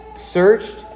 searched